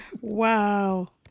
Wow